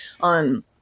on